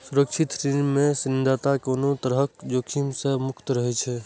सुरक्षित ऋण मे ऋणदाता कोनो तरहक जोखिम सं मुक्त रहै छै